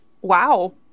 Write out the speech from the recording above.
Wow